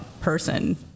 person